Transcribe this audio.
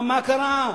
מה קרה?